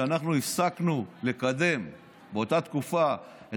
באותה תקופה אנחנו הפסקנו לקדם בוועדת